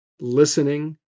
listening